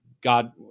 God